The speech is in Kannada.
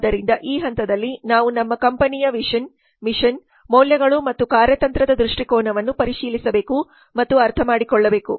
ಆದ್ದರಿಂದ ಈ ಹಂತದಲ್ಲಿ ನಾವು ನಮ್ಮ ಕಂಪನಿಯ ವಿಷನ್ ಮಿಷನ್ ಮೌಲ್ಯಗಳು ಮತ್ತು ಕಾರ್ಯತಂತ್ರದ ದೃಷ್ಟಿಕೋನವನ್ನು ಪರಿಶೀಲಿಸಬೇಕು ಮತ್ತು ಅರ್ಥಮಾಡಿಕೊಳ್ಳಬೇಕು